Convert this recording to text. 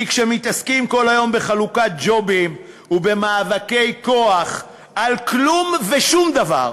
כי כשמתעסקים כל היום בחלוקת ג'ובים ובמאבקי כוח על כלום ושום דבר,